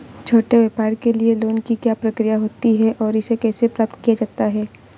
छोटे व्यापार के लिए लोंन की क्या प्रक्रिया होती है और इसे कैसे प्राप्त किया जाता है?